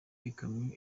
ikamyo